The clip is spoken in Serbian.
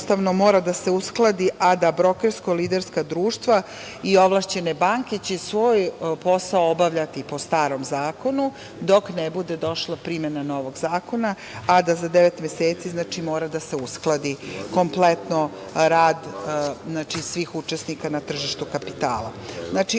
mora da se uskladi, a da brokersko-liderska društva i ovlašćene banke će svoj posao obavljati po starom zakonu dok ne bude došla primena novog zakona, a da za devet meseci mora da se uskladi kompletno rad svih učesnika na tržištu kapitala. Znači,